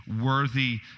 worthy